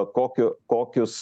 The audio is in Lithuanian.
kokiu kokius